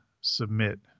submit